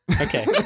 Okay